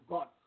God